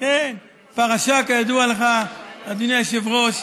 פרשה שכידוע לך, אדוני היושב-ראש,